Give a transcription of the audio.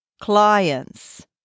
clients